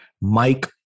Mike